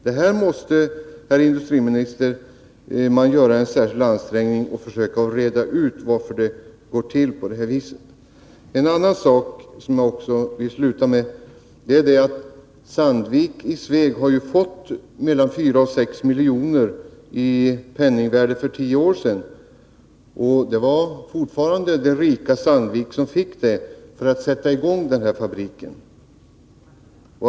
Det måste, herr industriminister, göras särskilda ansträngningar för att reda ut varför det går till på detta sätt. Jag vill sluta med detta: Sandvik i Sveg har fått mellan 4 och 6 milj.kr. i det penningvärde som var för 10 år sedan, och det var det även då rika Sandvik som fick dessa medel för att sätta i gång den här fabriken.